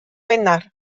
wener